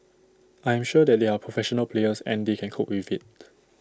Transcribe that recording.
I am sure that they are professional players and they can cope with IT